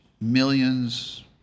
millions